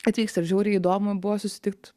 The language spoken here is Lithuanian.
atvykstu ir žiauriai įdomu buvo susitikt